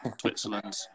Switzerland